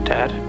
Dad